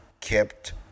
kept